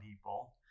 people